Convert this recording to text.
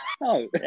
no